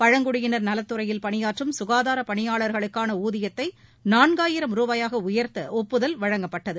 பழங்குடியினர் நலத்துறையில் பணியாற்றும் சுகாதார பணியாளர்களுக்கான ஊதியத்தை நான்காயிரம் ரூபாயாக உயர்த்த ஒப்புதல் வழங்கப்பட்டது